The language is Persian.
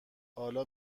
حالا